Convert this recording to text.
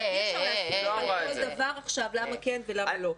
אבל אי-אפשר --- בכל דבר עכשיו למה כן ולמה לא.